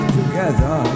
together